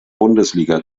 bundesliga